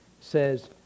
says